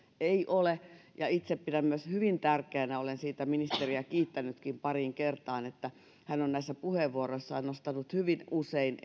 ei ole ja itse pidän myös hyvin tärkeänä ja olen siitä ministeriä kiittänytkin pariin kertaan että hän on omissa avauksissaan ja puheenvuoroissaan nostanut hyvin usein